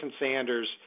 Sanders